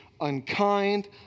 unkind